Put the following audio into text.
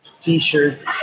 t-shirts